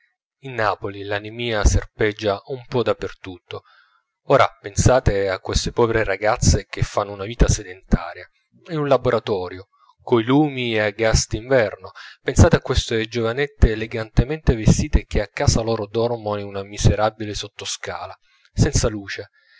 in napoli l'anemia serpeggia un po da per tutto ora pensate a queste povere ragazze che fanno una vita sedentaria in un laboratorio coi lumi a gas d'inverno pensate a queste giovanette elegantemente vestite che a casa loro dormono in un miserabile sottoscala senza luce